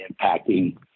impacting